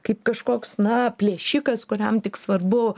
kaip kažkoks na plėšikas kuriam tik svarbu